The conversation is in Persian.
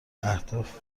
اهداف